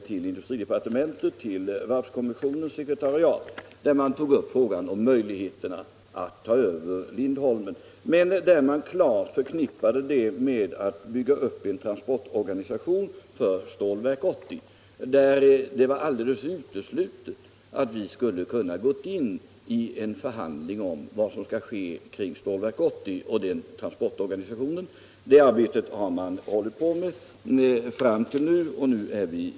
Till industridepartementet kom ett telex till varvskommissionens sekretariat, i vilket gruppen tog upp frågan om möjligheterna att få ta över Lindholmen. Man förknippade emellertid ett sådant övertagande med planer på att bygga upp en transportorganisation för Stålverk 80. Det var alldeles uteslutet att staten skulle kunna gå in i en förhandling om vad som skall ske kring Stålverk 80. Varvskommissionen ansåg därför att den inte kunde ta upp någon reell förhandling om den frågan.